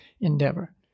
endeavor